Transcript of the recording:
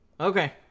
okay